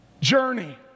journey